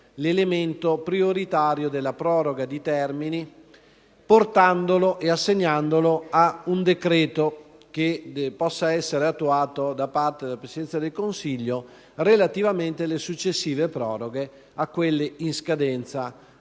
l'elemento prioritario della proroga di termini, assegnandolo ad un decreto che possa essere attuato da parte della Presidenza del Consiglio relativamente alle proroghe successive a quelle in scadenza